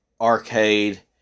arcade